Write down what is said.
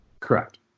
Correct